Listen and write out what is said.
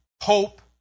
hope